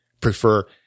prefer